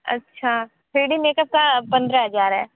अच्छा three D makeup का पन्द्रह हजार है